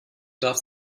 darf